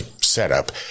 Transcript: setup